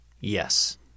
Yes